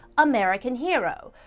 american hero!